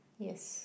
yes